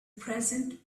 present